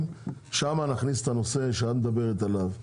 ושם נכניס את הנושא שאת מדברת עליו.